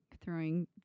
throwing